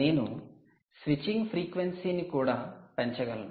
నేను స్విచ్చింగ్ ఫ్రీక్వెన్సీని కూడా పెంచగలను